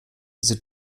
sind